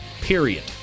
Period